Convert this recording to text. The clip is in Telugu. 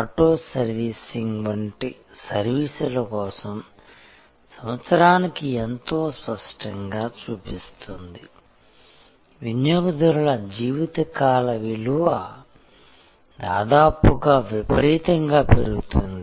ఆటో సర్వీసింగ్ వంటి సర్వీసుల కోసం సంవత్సరానికి ఎంతో స్పష్టంగా చూపిస్తుంది వినియోగదారుల జీవితకాల విలువ దాదాపుగా విపరీతంగా పెరుగుతుంది